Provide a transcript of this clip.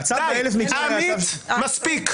הצו ב-1,000 מקרים --- עמית, מספיק.